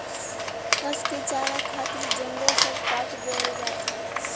पसु के चारा खातिर जंगल सब काट देवल जात हौ